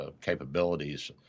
capabilities